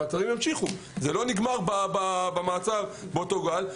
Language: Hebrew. המעצרים ימשיכו, זה לא נגמר במעצר באותו גל.